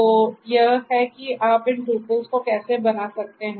तो यह है कि आप इन tuples को कैसे बना सकते हैं